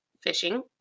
fishing